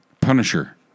Punisher